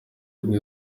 imwe